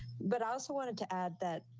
but also wanted to add that